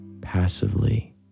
passively